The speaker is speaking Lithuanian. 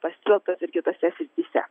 pasitelktas ir kitose srityse